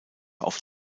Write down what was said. auf